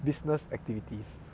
business activities